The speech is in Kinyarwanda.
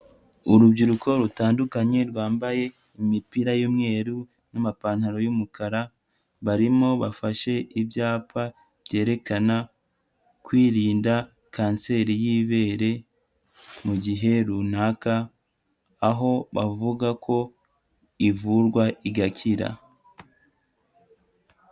Urubyiruko rutandukanye rwambaye imipira y'umweru n'amapantaro y'umukara, barimo bafashe ibyapa byerekana kwirinda kanseri y'ibere, mu gihe runaka aho bavuga ko ivurwa igakira.